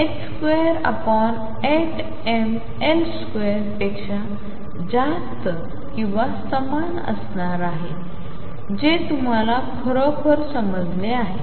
28mL2पेक्षा जास्त किंवा समान असणार आहे जे तुम्हाला खरोखर समजले आहे